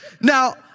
Now